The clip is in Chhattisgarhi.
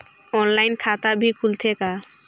ऑनलाइन खाता भी खुलथे का?